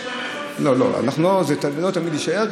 זה לא תמיד יישאר,